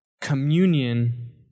communion